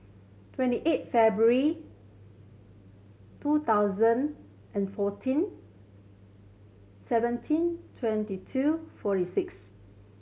twenty eight February two thousand and fourteen seventeen twenty two forty six